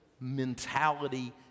mentality